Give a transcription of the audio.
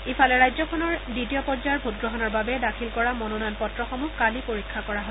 ইফালে ৰাজ্যখনৰ দ্বিতীয় পৰ্যায়ৰ ভোটগ্ৰহণৰ বাবে দাখিল কৰা মনোনয়ন পত্ৰসমূহ কালি পৰীক্ষা কৰা হয়